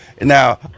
Now